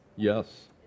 Yes